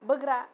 बोग्रा